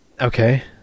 Okay